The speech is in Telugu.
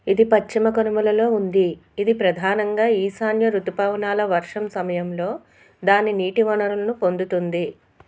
ఇది పశ్చిమ కనుమలలో ఉంది ఇది ప్రధానంగా ఈశాన్య రుతుపవనాల వర్షం సమయంలో దాని నీటి వనరును పొందుతుంది